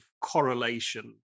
correlation